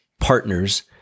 partners